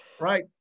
Right